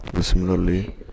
Similarly